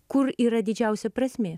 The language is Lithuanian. kur yra didžiausia prasmė